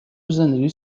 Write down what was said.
زندگیش